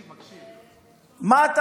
מה,